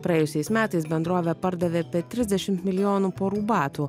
praėjusiais metais bendrovė pardavė apie trisdešimt milijonų porų batų